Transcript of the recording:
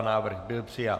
Návrh byl přijat.